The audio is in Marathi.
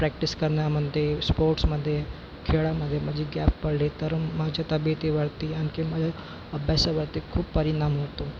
प्रॅक्टिस करण्यामध्ये स्पोर्ट्समध्ये खेळामध्ये माझी गॅप पडली तर माझ्या तब्येतीवरती आणखी माझ्या अभ्यासावरती खूप परिणाम होतो